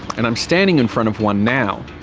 and i'm standing in front of one now.